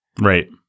Right